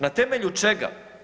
Na temelju čega?